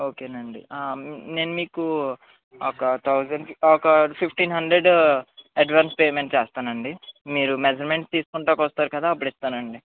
okay నండీ నేను మీకు ఒక థౌసండ్ ఒక ఫిఫ్టీన్ హండ్రెడ్ అడ్వాన్స్ పేమెంట్ చేస్తా నండీ మీరు మెసర్మెంట్స్ తీసుకుంటానికి వస్తారు కదా అప్పుడు ఇస్తానండీ